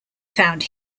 found